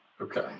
Okay